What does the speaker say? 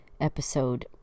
episode